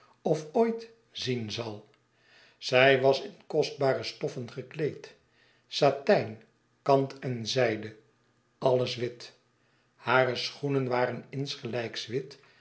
of ooit zien zal zij was in kostbare stoffen gekleed satijn kant en zijde alles wit hare schoenen waren insgelijks wit